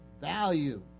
value